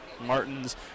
Martins